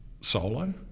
solo